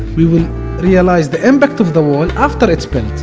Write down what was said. we will realize the impact of the wall after it's built!